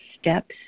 steps